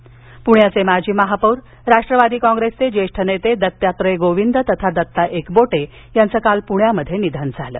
निधन प्ण्याचे माजी महापौर राष्ट्रवादी काँग्रेसचे ज्येष्ठ नेते दत्तात्रय गोविंद तथा दत्ता एकबोटे यांचं काल पुण्यात निधन झालं